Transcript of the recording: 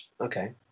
Okay